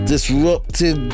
Disrupted